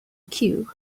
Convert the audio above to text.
queue